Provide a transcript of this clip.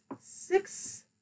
six